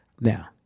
Now